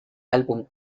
álbum